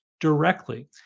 directly